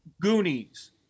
goonies